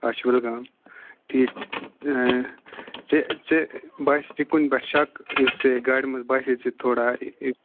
اَچھول گام ٹھیٖک ژےٚ ژےٚ باسہِ ژےٚ کُنہِ پٮ۪ٹھ شک یُس ژےٚ گاڑِ مَنٛز باسٮ۪و ژےٚ تھوڑا